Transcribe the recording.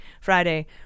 Friday